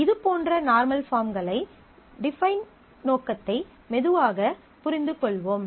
இதுபோன்ற நார்மல் பார்ம்களை டிஃபைன் நோக்கத்தை மெதுவாக புரிந்துகொள்வோம்